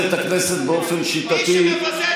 נא להוציא את חבר הכנסת אבידר מהאולם.